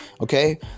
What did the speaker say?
Okay